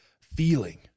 feeling